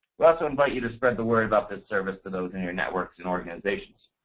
we also invite you to spread the word about this service to those in your networks and organizations.